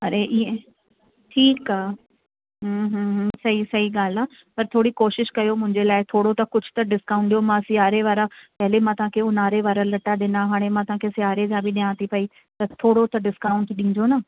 अरे इअं ठीकु आह् हम्म हम्म हम्म सई सई ॻाल्हि आहे पर थोरी कोशिशि कयो मुंहिंजे लाइ थोरो त कुझु त ॾिस्काउंट ॾियो मां सीयारे वारा पहिरीं मां तव्हांखे उन्हारे वारा लटा ॾिना हाणे मां तव्हांखे सीयारे जा बि ॾियां थी पई त थोरो त डिस्काउंट डींजो न